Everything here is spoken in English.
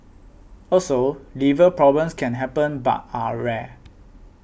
also liver problems can happen but are rare